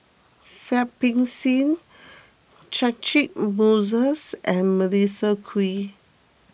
Seah Peck Seah Catchick Moses and Melissa Kwee